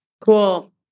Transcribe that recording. cool